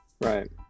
Right